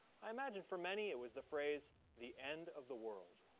i imagine for many it was the phrase the end of the world.